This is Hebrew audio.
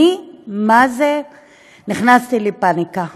אני מה-זה נכנסתי לפאניקה.